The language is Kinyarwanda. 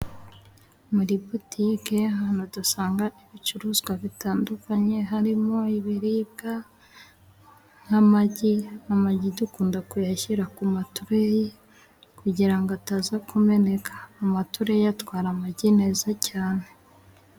Muri butike y'ahantu dusanga ibicuruzwa bitandukanye harimo ibiribwa nk'amagi. Amagi dukunda kuyashyira ku matureyi kugira ngo ataza kumeneka. Amatureyi atwara amagi neza cyane.